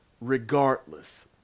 regardless